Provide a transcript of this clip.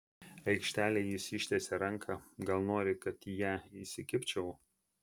aikštelėje jis ištiesia ranką gal nori kad į ją įsikibčiau